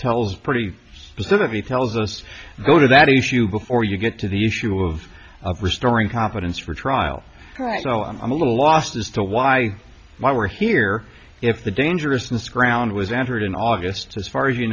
tells pretty specifically tells us go to that issue before you get to the issue of of restoring confidence for trial right so i'm a little lost as to why why we're here if the dangerousness ground was entered in august as far as you